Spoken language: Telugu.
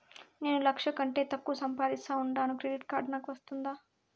నేను లక్ష కంటే తక్కువ సంపాదిస్తా ఉండాను క్రెడిట్ కార్డు నాకు వస్తాదా